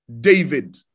David